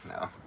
no